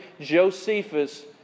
Josephus